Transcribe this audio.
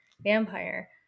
vampire